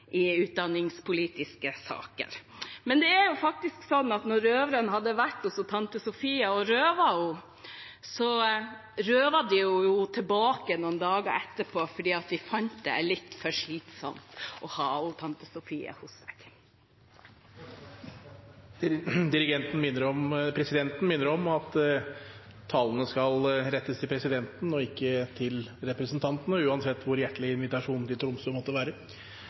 i utdanningspolitiske saker. Men det er jo faktisk sånn at da røverne hadde vært hos tante Sofie og røvet henne, røvet de henne tilbake noen dager etterpå, fordi de fant det litt for slitsomt å ha tante Sofie hos seg. Presidenten minner om at talen skal rettes til presidenten og ikke til representantene, uansett hvor hjertelig invitasjonen til Bodø måtte være.